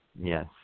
yes